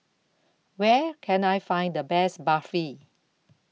Where Can I Find The Best Barfi